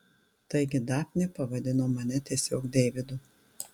taigi dafnė pavadino mane tiesiog deividu